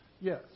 yes